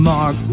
Mark